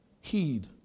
Heed